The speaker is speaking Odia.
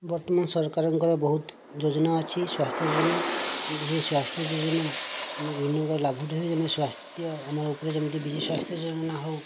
ବର୍ତ୍ତମାନ ସରକାରଙ୍କର ବହୁତ ଯୋଜନା ଅଛି ସ୍ୱାସ୍ଥ୍ୟଯୋଜନା ଯିଏ ସ୍ୱାସ୍ଥ୍ୟଯୋଜନା ଦିନକୁ ଯେମିତି ଲାଭ ଉଠାଇ ଯେମିତି ସ୍ୱାସ୍ଥ୍ୟ ଆମର ଯେମିତି ବିଜୁସ୍ୱାସ୍ଥ୍ୟ ଯୋଜନା ହେଉ